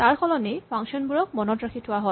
তাৰসলনি function বোৰক মনত ৰাখি থোৱা হয়